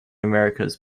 americas